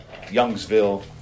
Youngsville